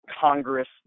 congress